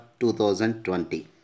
2020